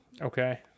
okay